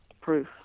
proof